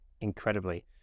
incredibly